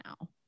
now